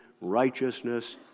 righteousness